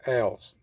else